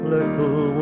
Little